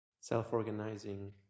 self-organizing